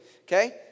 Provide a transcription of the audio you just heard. Okay